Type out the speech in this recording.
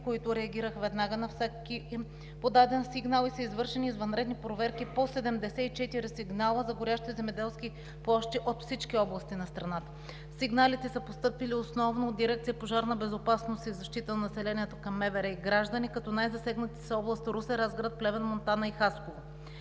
които реагираха веднага на всеки подаден сигнал, и са извършени извънредни проверки по 74 сигнала за горящи земеделски площи от всички области на страната. Сигналите са постъпили основно от Дирекция „Пожарна безопасност и защита на населението“ към МВР и граждани, като най-засегнати са областите Русе, Разград, Плевен, Монтана и Хасково.